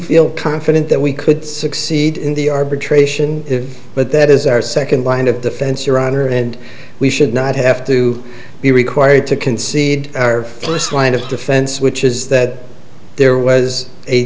feel confident that we could succeed in the arbitration but that is our second line of defense your honor and we should not have to be required to concede our first line of defense which is that there was a